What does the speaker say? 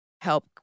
help